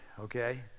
okay